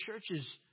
churches